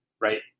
right